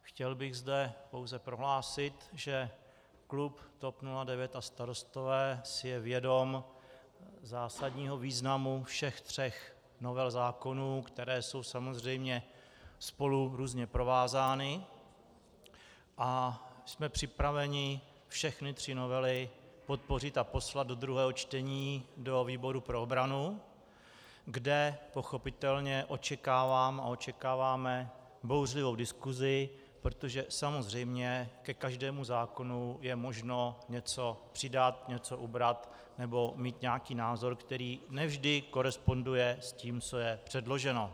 Chtěl bych zde pouze prohlásit, že klub TOP 09 a Starostové si je vědom zásadního významu všech tří novel zákonů, které jsou samozřejmě spolu různě provázány, a jsme připraveni všechny tři novely podpořit a poslat do druhého čtení do výboru pro obranu, kde pochopitelně očekávám a očekáváme bouřlivou diskusi, protože samozřejmě ke každému zákonu je možno něco přidat, něco ubrat nebo mít nějaký názor, který ne vždy koresponduje s tím, co je předloženo.